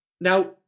Now